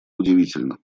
удивительно